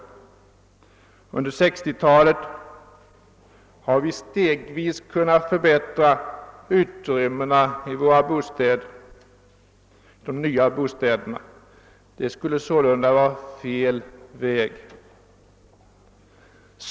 Under 1960-talet har vi stegvis kunnat förbättra utrymmena i de nya bostäderna, men det skulle således vara en felaktig väg.